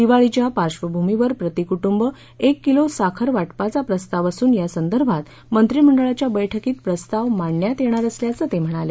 दिवाळीच्या पार्श्वभूमीवर प्रति कुटुंब एक किलो साखर वाटपाचा प्रस्ताव असून यासंदर्भात मंत्री मंडळाच्या बैठकीत प्रस्ताव मांडण्यात येणार असल्याचं ते म्हणाले